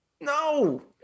No